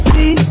See